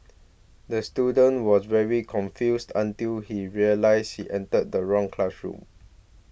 the student was very confused until he realise he entered the wrong classroom